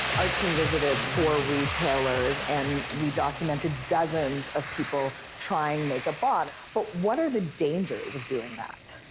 our team visited four retailers, and we documented dozens of people trying make-up on but what are the dangers of doing that?